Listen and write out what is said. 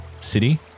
city